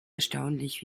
erstaunlich